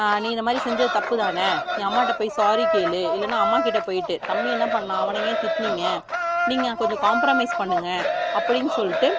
நீ இந்த மாதிரி செஞ்சது தப்பு தானே நீ அம்மாகிட்ட போய் சாரி கேளு இல்லைனா அம்மாகிட்ட போயிட்டு தம்பி என்ன பண்ணான் அவனை ஏன் திட்டினீங்க நீங்கள் கொஞ்சம் காம்ப்ரமைஸ் பண்ணுங்கள் அப்படினு சொல்லிட்டு